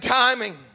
timing